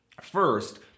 First